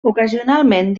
ocasionalment